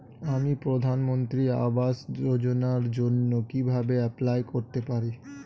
আমি প্রধানমন্ত্রী আবাস যোজনার জন্য কিভাবে এপ্লাই করতে পারি?